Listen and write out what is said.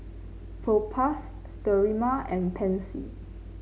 Propass Sterimar and Pansy